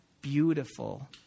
beautiful